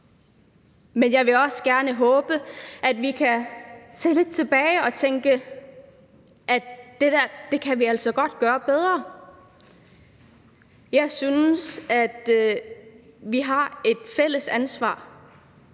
men jeg vil også gerne håbe, at vi kan se lidt tilbage og tænke, at det der kan vi altså godt gøre bedre. Jeg synes, at vi har et fælles ansvar